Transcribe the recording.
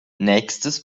nächstes